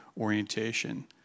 orientation